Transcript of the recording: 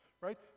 right